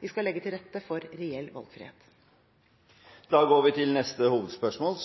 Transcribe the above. Vi skal legge til rette for reell valgfrihet. Vi går til neste hovedspørsmål.